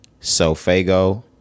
Sofago